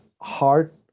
hard